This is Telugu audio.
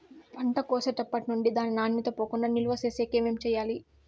పంట కోసేటప్పటినుండి దాని నాణ్యత పోకుండా నిలువ సేసేకి ఏమేమి చేయాలి?